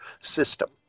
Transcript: System